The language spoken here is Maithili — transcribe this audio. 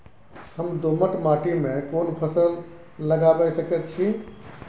हम दोमट माटी में कोन फसल लगाबै सकेत छी?